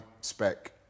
spec